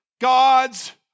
God's